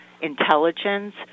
intelligence